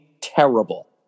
terrible